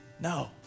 No